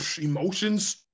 emotions